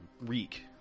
Reek